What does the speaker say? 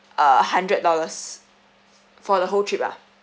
uh hundred dollars for the whole trip ah